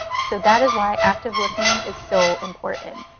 so that is why active listening is so important.